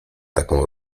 taką